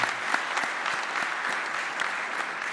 (מחיאות כפיים)